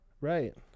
Right